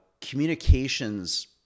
communications